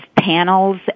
panels